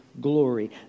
glory